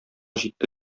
җитте